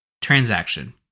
transaction